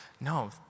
No